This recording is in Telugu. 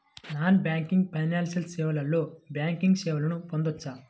నాన్ బ్యాంకింగ్ ఫైనాన్షియల్ సేవలో బ్యాంకింగ్ సేవలను పొందవచ్చా?